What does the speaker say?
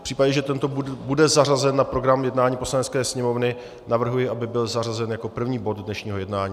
V případě, že tento bude zařazen na program jednání Poslanecké sněmovny, navrhuji, aby byl zařazen jako první bod dnešního jednání.